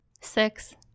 Six